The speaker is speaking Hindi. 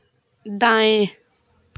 दाएँ